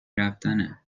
رفتنه